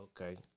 Okay